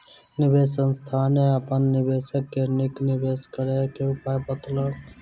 निवेश संस्थान अपन निवेशक के नीक निवेश करय क उपाय बतौलक